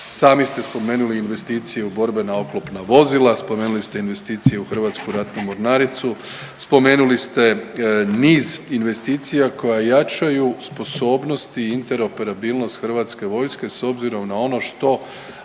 Sami ste spomenuli investicije u borbena oklopna vozila. Spomenuli ste investicije u Hrvatsku ratnu mornaricu. Spomenuli ste niz investicija koja jačaju sposobnost i interoperabilnost Hrvatske vojske s obzirom na ono što